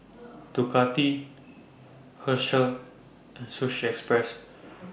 Ducati Herschel and Sushi Express